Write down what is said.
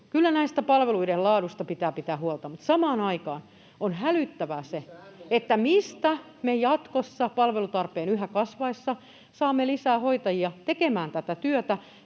Kyllä näistä palveluiden laaduista pitää pitää huolta. Mutta samaan aikaan on hälyttävää se, [Mika Niikon välihuuto] mistä me jatkossa palvelutarpeen yhä kasvaessa saamme lisää hoitajia tekemään tätä työtä,